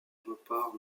repart